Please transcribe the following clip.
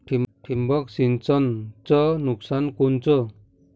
ठिबक सिंचनचं नुकसान कोनचं?